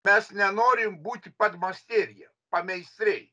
mes nenorim būti padmasterija pameistriai